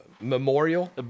Memorial